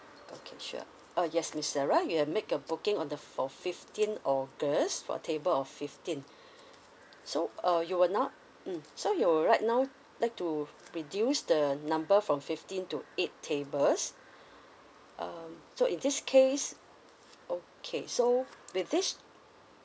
okay sure uh yes miss sarah you have make a booking on the for fifteen august for table of fifteen so uh you will now mm so you're right now like to reduce the number from fifteen to eight tables um so in this case okay so with this